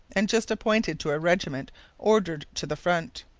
and just appointed to a regiment ordered to the front!